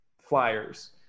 flyers